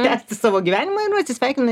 tęsti savo gyvenimą ir atsisveikino